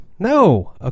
no